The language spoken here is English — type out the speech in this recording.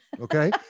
okay